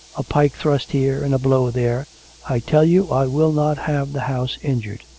a pike thrust here, and a blow there i tell you i will not have the house injured!